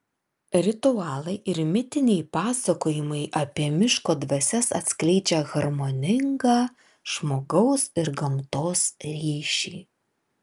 ritualai ir mitiniai pasakojimai apie miško dvasias atskleidžia harmoningą žmogaus ir gamtos ryšį